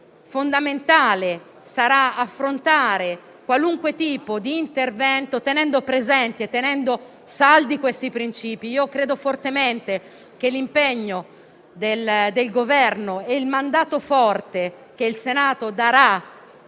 fondamentale affrontare qualunque tipo di intervento tenendo presenti e saldi questi principi. Credo fortemente che l'impegno del Governo e il mandato forte che il Senato darà